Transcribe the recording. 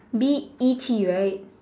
B E T right